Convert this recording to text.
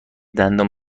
دندان